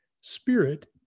spirit